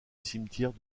cimetière